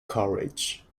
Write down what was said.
courage